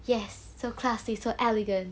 yes so classy so elegant